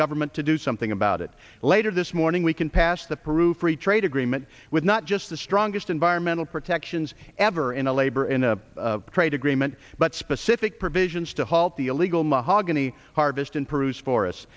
government to do something about it later this morning we can pass the peru free trade agreement with not just the strongest environmental protections ever in a labor in a trade agreement but specific provisions to halt the illegal mahogany harvest